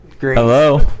Hello